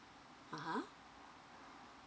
uh !huh!